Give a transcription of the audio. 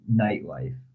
nightlife